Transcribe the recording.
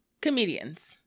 comedians